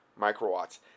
microwatts